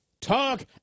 talk